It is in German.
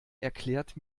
erklärt